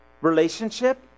relationship